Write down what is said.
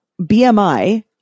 BMI